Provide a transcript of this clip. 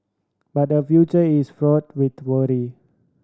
but her future is fraught with worry